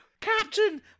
Captain